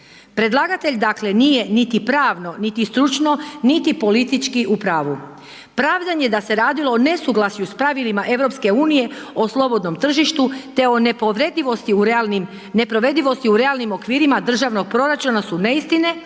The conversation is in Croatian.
Predlagatelj dakle nije niti pravno, niti stručno, niti politički u pravu. Pravdanje da se radilo o nesuglasju s pravilima EU o slobodnom tržištu te o ne povredivosti u realnim, ne provedivosti u realnim okvirima državnog proračuna su neistine,